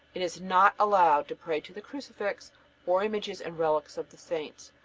it is not allowed to pray to the crucifix or images and relics of the saints,